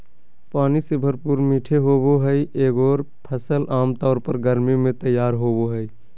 पानी से भरपूर मीठे होबो हइ एगोर फ़सल आमतौर पर गर्मी में तैयार होबो हइ